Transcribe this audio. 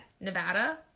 Nevada